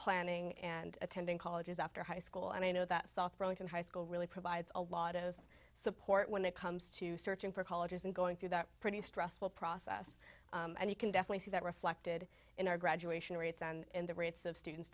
planning and attending colleges after high school and i know that south burlington high school really provides a lot of support when it comes to searching for colleges and going through that pretty stressful process and you can definitely see that reflected in our graduation rates and the rates of students